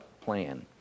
plan